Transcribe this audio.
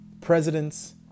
presidents